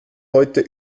heute